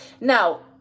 Now